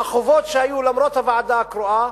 והחובות שהיו, למרות הוועדה הקרואה,